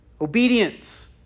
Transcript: obedience